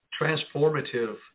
transformative